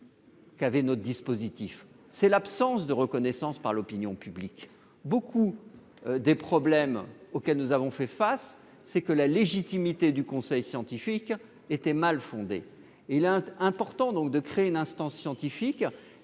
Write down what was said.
grevé notre dispositif est l'absence de reconnaissance par l'opinion publique. Nombre de problèmes auxquels nous avons dû faire face étaient dus au fait que la légitimité du conseil scientifique était mal fondée. Il est donc important de créer une instance scientifique